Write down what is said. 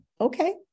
Okay